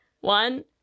One